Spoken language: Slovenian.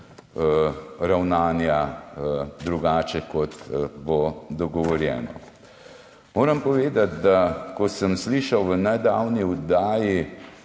ravnanja, kot bo dogovorjeno. Moram povedati, ko sem slišal v nedavni oddaji